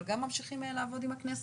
אבל גם ממשיכים לעבוד עם הכנסת.